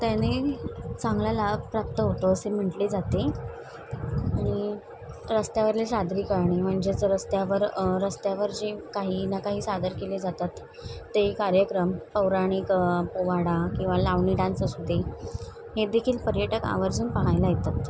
त्याने चांगला लाभ प्राप्त होतं असे म्हंटले जाते आणि रस्त्यावरले सादरी करणे म्हणजेच रस्त्यावर रस्त्यावर जे काही ना काही सादर केले जातात ते कार्यक्रम पौराणीक पोहाडा किंवा लावणी डान्स असू दे हे देखील पर्यटक आवर्जून पाहायला येतात